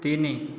ତିନି